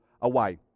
away